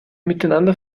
miteinander